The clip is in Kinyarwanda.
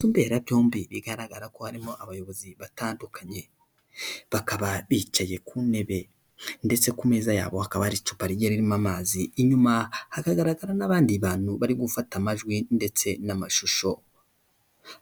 Inzu mberabyombi bigaragara ko harimo abayobozi batandukanye. Bakaba bicaye ku ntebe. Ndetse ku meza yabo hakaba hari icupa rigiye ririmo amazi. Inyuma hakagaragara n'abandi bantu bari gufata amajwi ndetse n'amashusho.